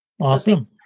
Awesome